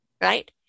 right